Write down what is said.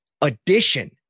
addition